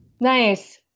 Nice